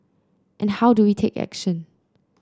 and how do we take action